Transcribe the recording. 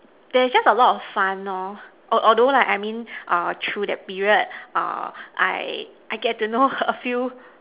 there's just a lot of fun lor al~ although like I mean uh through that period uh I I get to know a few